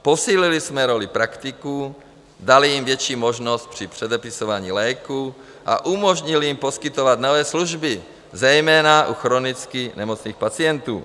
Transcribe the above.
Posílili jsme roli praktiků, dali jim větší možnost při předepisování léků a umožnili jim poskytovat nové služby, zejména u chronicky nemocných pacientů.